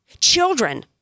Children